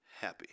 happy